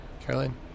caroline